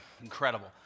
incredible